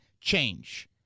change